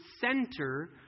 center